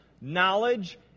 knowledge